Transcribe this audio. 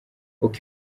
uko